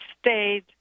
stayed